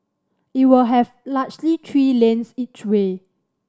it will have largely three lanes each way